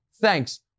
Thanks